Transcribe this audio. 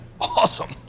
awesome